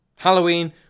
Halloween